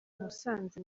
musanze